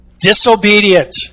disobedient